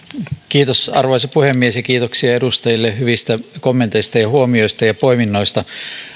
kiitos arvoisa puhemies ja kiitoksia edustajille hyvistä kommenteista huomioista ja poiminnoista